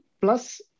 plus